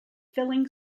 filling